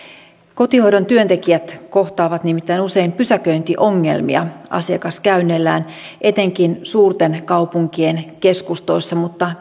kotihoidon työntekijät kohtaavat nimittäin usein pysäköintiongelmia asiakaskäynneillään etenkin suurten kaupunkien keskustoissa mutta